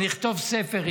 אני אכתוב ספר,